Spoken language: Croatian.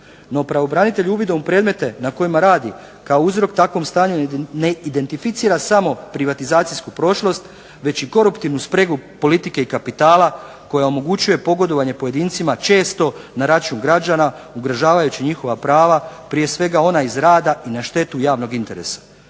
No pravobranitelj uvidom u predmete na kojima radi kao uzrok takvom stanju ne identificira samo privatizacijsku prošlost već i koruptivnu spregu politike i kapitala koja omogućuje pogodovanje pojedincima često na račun građana ugrožavajući njihova prava, prije svega ona iz rada i na štetu javnog interesa.